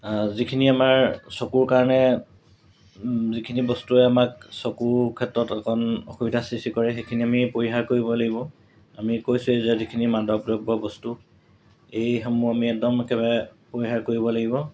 যিখিনি আমাৰ চকুৰ কাৰণে যিখিনি বস্তুৱে আমাক চকুৰ ক্ষেত্ৰত অকণ অসুবিধাৰ সৃষ্টি কৰে সেইখিনি আমি পৰিহাৰ কৰিব লাগিব আমি কৈছোৱেই যে যিখিনি মাদৱ দ্ৰব্য বস্তু এইসমূহ আমি একদম একেবাৰে পৰিহাৰ কৰিব লাগিব